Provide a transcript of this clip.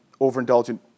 overindulgent